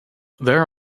there